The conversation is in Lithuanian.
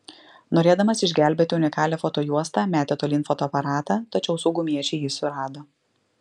norėdamas išgelbėti unikalią fotojuostą metė tolyn fotoaparatą tačiau saugumiečiai jį surado